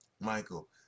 Michael